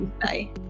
Bye